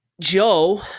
Joe